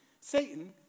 Satan